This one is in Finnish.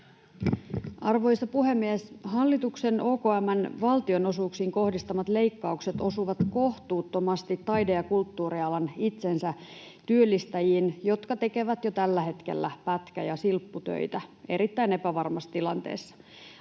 Arvoisa puhemies! Hallituksen OKM:n valtionosuuksiin kohdistamat leikkaukset osuvat kohtuuttomasti taide- ja kulttuurialan itsensätyöllistäjiin, jotka tekevät jo tällä hetkellä pätkä- ja silpputöitä erittäin epävarmassa tilanteessa.